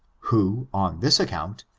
who, on this account,